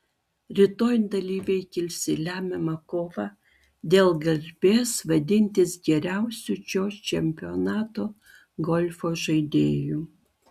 rytoj dalyviai kils į lemiamą kovą dėl garbės vadintis geriausiu šio čempionato golfo žaidėju